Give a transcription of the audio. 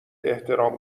احترام